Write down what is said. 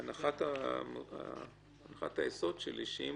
הנחת היסוד שלי היא שאם